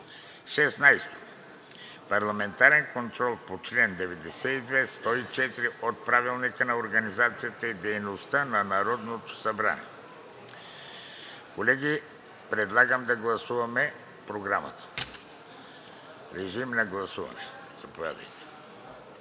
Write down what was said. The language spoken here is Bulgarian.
16. Парламентарен контрол по чл. 92 – 104 от Правилника за организацията и дейността на Народното събрание.“ Колеги, предлагам да гласуваме Проекта за програма. Гласували